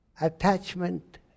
Attachment